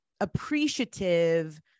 appreciative